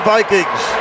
Vikings